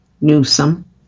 Newsom